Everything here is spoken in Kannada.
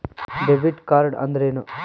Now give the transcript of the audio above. ಡೆಬಿಟ್ ಕಾರ್ಡ್ ಅಂದ್ರೇನು?